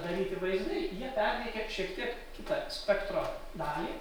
daryti vaizdai jie perteikia šiek tiek kitą spektro dalį